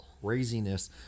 craziness